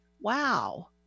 wow